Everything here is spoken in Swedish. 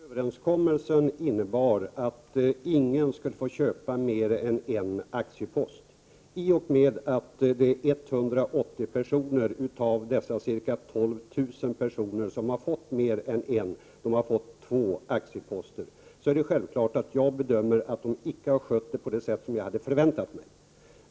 9 februari 1989 Herr talman! Som jag sade innebar överenskommelsen att ingen skulle få köpa mer än en aktiepost. I och med att 180 personer — av ca 12 000 personer — har fått mer än en, de har fått två aktieposter, är det självklart att jag bedömer att de icke har skött detta på det sätt som jag hade förväntat mig.